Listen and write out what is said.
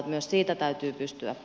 myös siitä täytyy pystyä